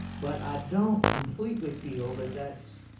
but, i don't completely feel that that's